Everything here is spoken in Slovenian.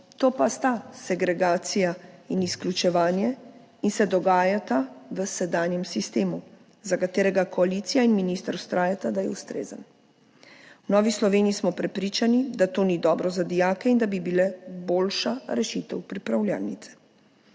to pa sta segregacija in izključevanje in se dogajata v sedanjem sistemu, za katerega koalicija in minister vztrajata, da je ustrezen. V Novi Sloveniji smo prepričani, da to ni dobro za dijake in da bi bile boljša rešitev pripravljalnice.